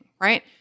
right